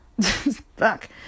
Fuck